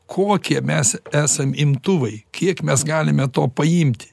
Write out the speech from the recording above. kokie mes esam imtuvai kiek mes galime to paimti